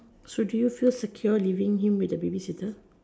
so can you feel secure leaving him with the babysitter